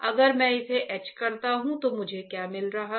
अगर मैं इसे ईच करता हूं तो मुझे क्या मिल रहा है